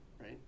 right